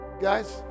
Guys